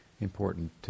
important